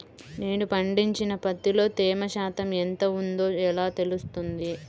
నేను పండించిన పత్తిలో తేమ శాతం ఎంత ఉందో ఎలా తెలుస్తుంది?